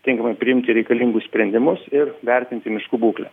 tinkamai priimti reikalingus sprendimus ir vertinti miškų būklę